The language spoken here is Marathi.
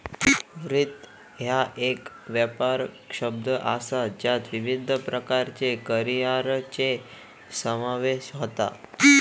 वित्त ह्या एक व्यापक शब्द असा ज्यात विविध प्रकारच्यो करिअरचो समावेश होता